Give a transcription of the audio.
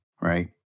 right